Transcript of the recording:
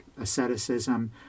asceticism